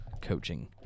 coaching